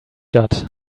got